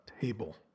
table